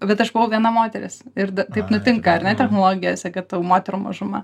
bet aš buvau viena moteris ir da taip nutinka ar ne moterų mažuma